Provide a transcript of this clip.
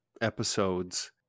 episodes